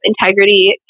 integrity